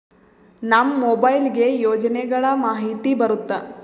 ನಮ್ ಮೊಬೈಲ್ ಗೆ ಯೋಜನೆ ಗಳಮಾಹಿತಿ ಬರುತ್ತ?